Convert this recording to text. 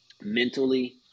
mentally